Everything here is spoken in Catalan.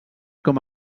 com